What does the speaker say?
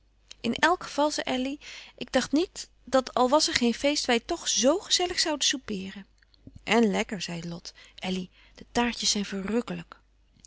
in alle geval zei elly ik dacht niet dat al was er geen feest wij toch zoo gezellig zouden soupeeren en lekker zei lot elly de taartjes zijn verrùkkelijk